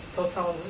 total